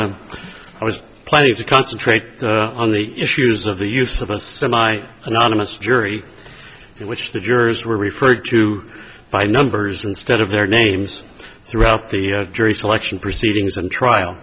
thompson i was planning to concentrate on the issues of the use of a semi anonymous jury in which the jurors were referred to by numbers instead of their names throughout the jury selection proceedings and trial